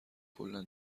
کلا